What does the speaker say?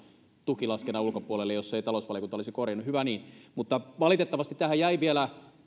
tukilaskennan ulkopuolelle jos ei talousvaliokunta olisi korjannut hyvä niin mutta valitettavasti tähän jäi vielä